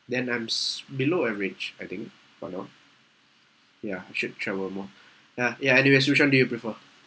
then I'm below average I think for now ya I should travel more ah ya anyway which one do you prefer